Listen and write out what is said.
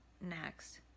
next